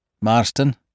Marston